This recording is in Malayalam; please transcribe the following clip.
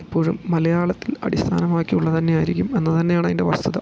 ഇപ്പോഴും മലയാളത്തിൽ അടിസ്ഥാനമാക്കിയുള്ള തന്നെയായിരിക്കും എന്ന് തന്നെയാണയ്ൻ്റ വസ്തുത